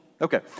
Okay